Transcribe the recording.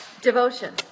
devotion